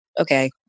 okay